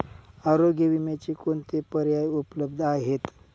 आरोग्य विम्याचे कोणते पर्याय उपलब्ध आहेत?